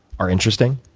are interesting?